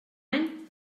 any